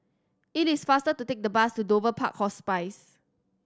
it is faster to take the bus to Dover Park Hospice